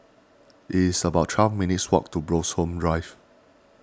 it is about twelve minutes' walk to Bloxhome Drive